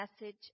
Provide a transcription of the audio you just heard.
message